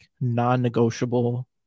non-negotiable